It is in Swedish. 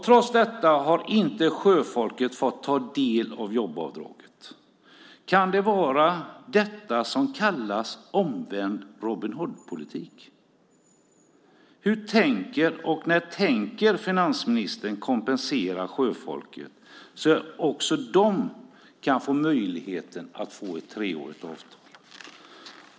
Trots detta har sjöfolket inte fått ta del av jobbavdraget. Kan det vara detta som kallas omvänd Robin Hood-politik? När tänker finansministern kompensera sjöfolket, så att också de har möjlighet att få ett treårigt avtal?